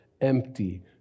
empty